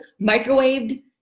microwaved